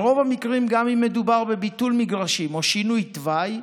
ברוב המקרים גם אם מדובר בביטול מגרשים או שינוי תוואי,